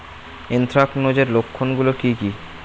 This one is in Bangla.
এ্যানথ্রাকনোজ এর লক্ষণ গুলো কি কি?